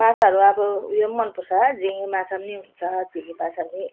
माछाहरू अब उयो पनि मनपर्छ झिँगे माछा पनि हुन्छ झिँगे माछा पनि